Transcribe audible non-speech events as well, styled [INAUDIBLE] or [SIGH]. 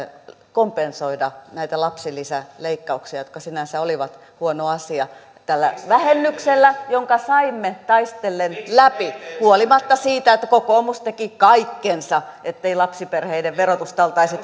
kompensoida näitä lapsilisäleikkauksia jotka sinänsä olivat huono asia tällä vähennyksellä jonka saimme taistellen läpi huolimatta siitä että kokoomus teki kaikkensa ettei lapsiperheiden verotusta oltaisi [UNINTELLIGIBLE]